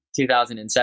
2007